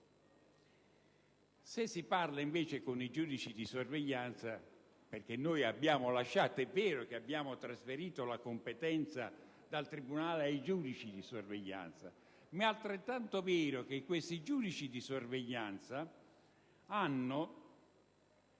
se si parla, invece, con i giudici di sorveglianza. Infatti, è vero che noi abbiamo trasferito la competenza dal tribunale ai giudici di sorveglianza; ma è altrettanto vero che questi giudici di sorveglianza hanno